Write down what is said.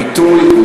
ביטוי,